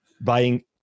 buying